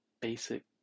basic